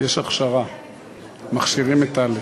שלוש דקות לכל מציע.